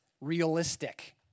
realistic